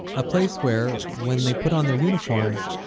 a place where, when they put on their uniforms,